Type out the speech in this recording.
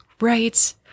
right